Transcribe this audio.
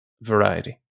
variety